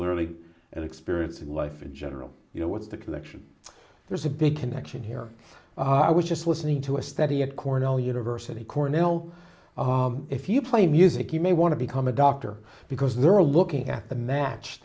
literally and experiencing life in general you know what's the connection there's a big connection here i was just listening to a study at cornell university cornell if you play music you may want to become a doctor because they're looking at the match